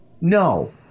No